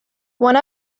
one